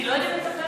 כי לא יודעים לטפל